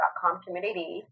community